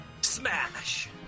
smash